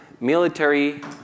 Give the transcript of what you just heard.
military